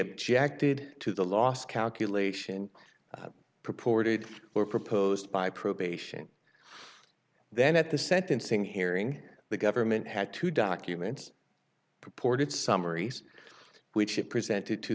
objected to the last calculation that purported or proposed by probation then at the sentencing hearing the government had two documents purported summaries which it presented to